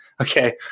okay